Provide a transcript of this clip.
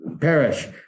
perish